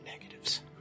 negatives